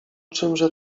czymże